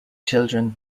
children